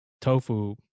tofu